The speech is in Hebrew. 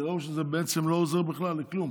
כי ראו שזה בעצם לא עוזר בכלל לכלום.